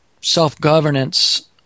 self-governance